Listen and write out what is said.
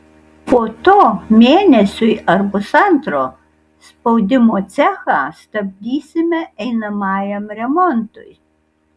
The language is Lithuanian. po to mėnesiui ar pusantro spaudimo cechą stabdysime einamajam remontui